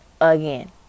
Again